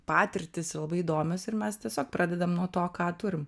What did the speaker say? patirtys labai įdomios ir mes tiesiog pradedam nuo to ką turim